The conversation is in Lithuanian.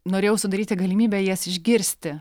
norėjau sudaryti galimybę jas išgirsti